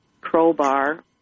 Crowbar